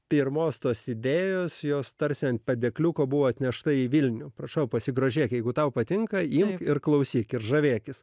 pirmos tos idėjos jos tarsi ant padėkliuko buvo atnešta į vilnių prašau pasigrožėk jeigu tau patinka imk ir klausyk ir žavėkis